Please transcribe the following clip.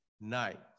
night